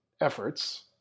efforts